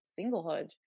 singlehood